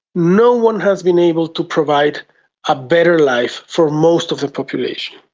no one has been able to provide a better life for most of the population.